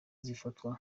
zifatwa